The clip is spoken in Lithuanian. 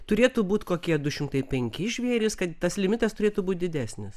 turėtų būt kokie du šimtai penki žvėrys kad tas limitas turėtų būt didesnis